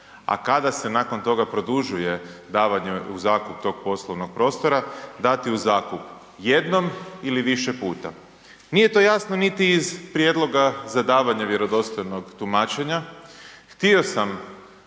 a kada se nakon toga produžuje davanje u zakup tog poslovnog prostora, dati u zakup jednom ili više puta, nije to jasno niti iz prijedloga za davanje vjerodostojnog tumačenja, htio sam